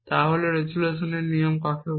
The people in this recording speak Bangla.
তাহলে রেজোলিউশনের নিয়ম কাকে বলে